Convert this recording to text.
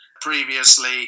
Previously